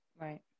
Right